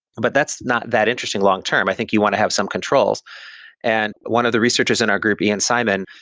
but that's not that interesting long-term. i think you want to have some controls and one of the researchers in our group ian simon,